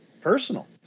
personal